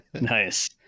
Nice